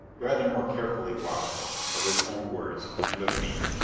rather more carefully watchful, of his own words, and of me.